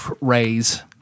raise